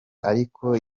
ariko